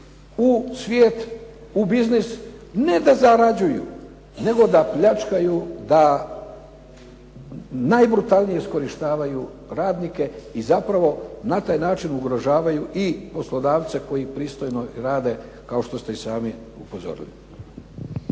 u svijet, u biznis ne da zarađuju nego da pljačkaju, da najbrutalnije iskorištavaju radnike i zapravo na taj način ugrožavaju i poslodavce koji pristojno rade, kao što ste i sami upozorili.